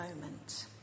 moment